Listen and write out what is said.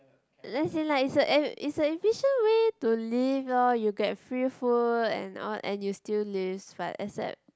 as in like it's a ef~ it's a efficient way to live loh you get free food and all and you still lives but except